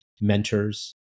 Mentors